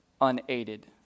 unaided